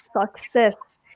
success